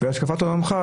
ולהשקפת עולמך,